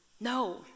No